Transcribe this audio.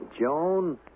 Joan